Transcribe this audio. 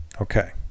okay